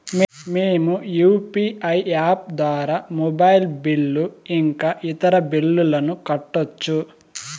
మేము UPI app ద్వారా mobile bill ఇంకా ఇతర బిల్లులను కట్టొచ్చు